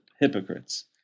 hypocrites